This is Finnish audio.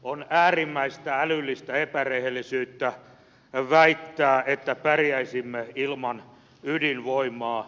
on äärimmäistä älyllistä epärehellisyyttä väittää että pärjäisimme ilman ydinvoimaa